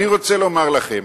אני רוצה לומר לכם